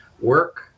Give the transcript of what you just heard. work